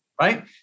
Right